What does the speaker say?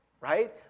right